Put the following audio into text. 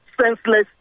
senseless